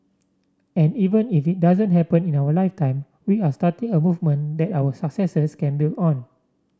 and even if it doesn't happen in our lifetime we are starting a movement that our successors can build on